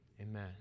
Amen